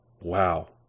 Wow